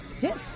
Yes